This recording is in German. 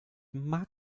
mag